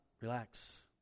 relax